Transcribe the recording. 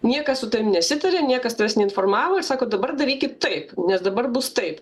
niekas su tavim nesitaria niekas tavęs neinformavo ir sako dabar darykit taip nes dabar bus taip